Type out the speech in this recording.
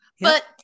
but-